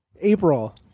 April